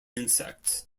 insects